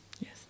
Yes